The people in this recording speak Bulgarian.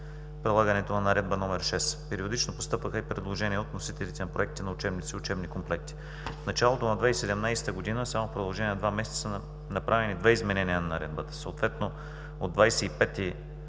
на Наредба № 6. Периодично постъпваха и предложения от вносителите на проекти на учебници и учебни комплекти. В началото на 2017 г. – само в продължение на два месеца, са направени две изменения на Наредбата, съответно от 25